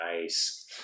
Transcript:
nice